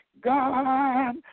God